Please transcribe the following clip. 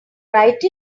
write